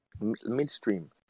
Midstream